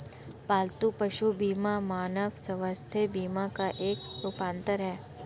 पालतू पशु बीमा मानव स्वास्थ्य बीमा का एक रूपांतर है